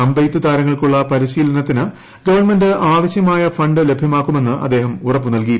അമ്പെയ്ത്ത് താരങ്ങൾക്കുള്ള പരിശീലനത്തിന് ഗവൺമെന്റ് ആവശ്യമായ ഫണ്ട് ലഭ്യമാക്കുമെന്ന് അദ്ദേഹം ഉറപ്പു നൽകി